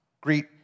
Greet